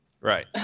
right